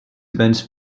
events